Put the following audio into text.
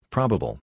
Probable